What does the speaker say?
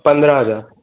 पंदरहां हज़ार